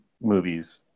movies